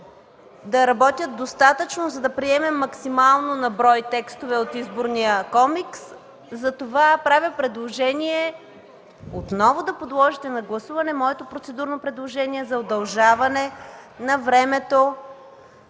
да работят достатъчно, за да приемем максимално на брой текстове от изборния комикс, затова правя предложение отново да подложите на гласуване моето процедурно предложение за удължаване на времето